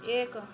ଏକ